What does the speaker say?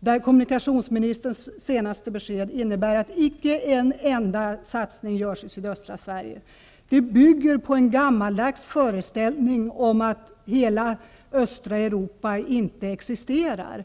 där kommunikationsministerns senaste besked innebär att icke en enda satsning görs i sydöstra Sverige. Det bygger på en gammaldags föreställning om att östra Europa inte existerar.